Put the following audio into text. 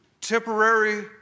temporary